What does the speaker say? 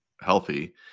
healthy